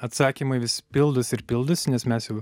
atsakymai vis pildosi ir pildosi nes mes jau